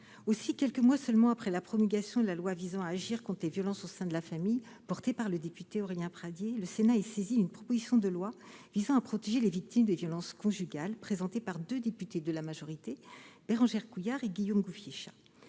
Aussi, quelques mois seulement après la promulgation de la loi visant à agir contre les violences au sein de la famille, portée par le député Aurélien Pradié, le Sénat est saisi d'une proposition de loi visant à protéger les victimes de violences conjugales, présentée par deux députés de la majorité, Bérangère Couillard et Guillaume Gouffier-Cha.